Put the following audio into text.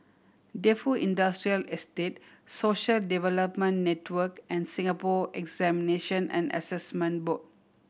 Defu Industrial Estate Social Development Network and Singapore Examinations and Assessment Board